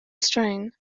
straen